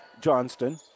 Johnston